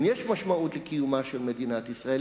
אם יש משמעות לקיומה של מדינת ישראל,